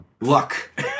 luck